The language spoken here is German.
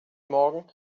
morgen